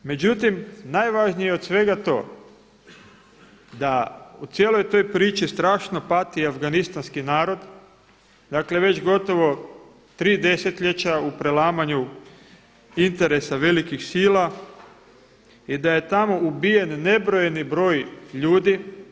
Međutim, najvažnije od svega toga da u cijeloj toj priči strašno pati afganistanski narod, dakle već gotovo 3 desetljeća u prelamanju interesa velikih sila i da je tamo ubijen nebrojeni broj ljudi.